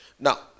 Now